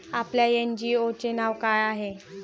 आपल्या एन.जी.ओ चे नाव काय आहे?